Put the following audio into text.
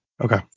Okay